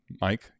Mike